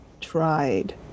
tried